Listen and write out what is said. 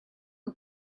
who